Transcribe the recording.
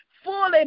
Fully